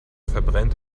verbrennt